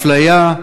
אפליה,